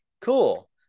Cool